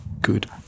good